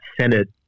Senate